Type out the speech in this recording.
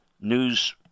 news